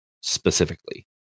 specifically